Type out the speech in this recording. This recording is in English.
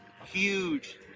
Huge